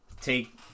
take